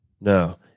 No